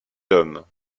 hommes